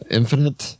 infinite